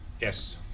yes